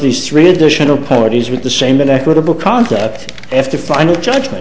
these three additional parties with the same an equitable contract after final judgment